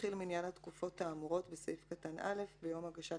יתחיל מניין התקופות האמורות בסעיף קטן (א) ביום הגשת